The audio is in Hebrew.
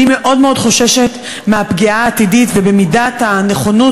אני מאוד מאוד חוששת מהפגיעה העתידית וממידת הנכונות